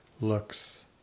looks